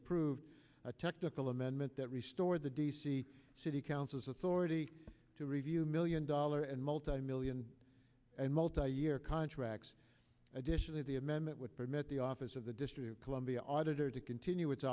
approved a technical amendment that restored the d c city council's authority to review million dollar and multimillion and multi year contracts additionally the amendment would permit the office of the district of columbia auditor to continue its